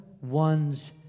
one's